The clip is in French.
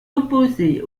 opposé